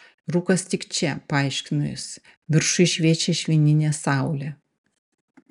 rūkas tik čia paaiškino jis viršuj šviečia švininė saulė